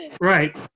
right